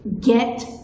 get